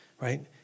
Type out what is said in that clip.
right